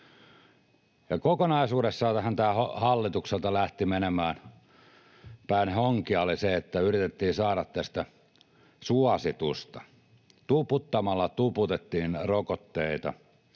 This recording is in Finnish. Kokonaisuudessaanhan tämä lähti menemään hallitukselta päin honkia, kun yritettiin saada tästä suositusta, tuputtamalla tuputettiin rokotteita,